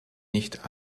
nicht